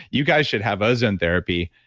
you guys should have ozone therapy